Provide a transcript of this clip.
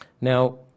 Now